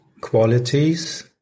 Qualities